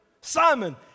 Simon